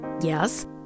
yes